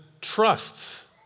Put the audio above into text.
trusts